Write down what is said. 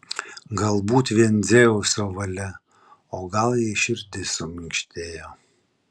galbūt vien dzeuso valia o gal jai širdis suminkštėjo